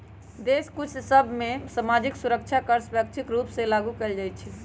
कुछ देश सभ में सामाजिक सुरक्षा कर स्वैच्छिक रूप से लागू कएल जाइ छइ